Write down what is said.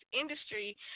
industry